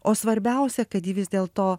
o svarbiausia kad ji vis dėlto